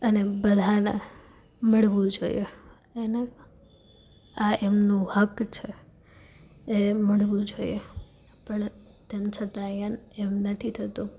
અને બધાને મળવું જોઈએ અને આ એમનો હક છે એ મળવો જોઈએ પણ તેમ છતાં એમ નથી થતું